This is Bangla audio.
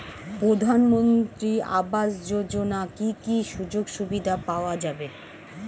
প্রধানমন্ত্রী আবাস যোজনা কি কি সুযোগ সুবিধা পাওয়া যাবে?